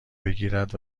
بگیرد